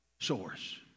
source